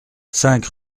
cinq